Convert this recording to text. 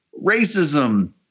racism